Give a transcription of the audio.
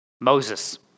Moses